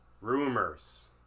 rumors